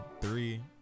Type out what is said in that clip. three